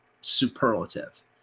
superlative